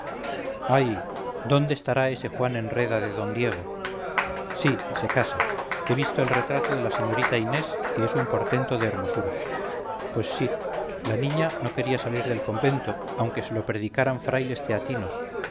ay dónde estará ese juan enreda de d diego sí se casa he visto el retrato de la señorita inés que es un portento de hermosura pues sí la niña no quería salir del convento aunque se lo predicaran frailes teatinos